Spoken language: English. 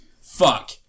fuck